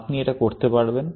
আপনি এটা করতে থাকবেন